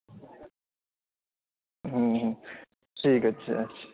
হুম হুম ঠিক আছে